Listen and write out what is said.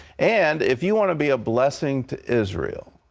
and if you want to be a blessing to israel,